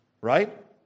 Right